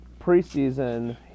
preseason